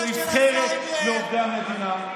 או נבחרת מעובדי המדינה?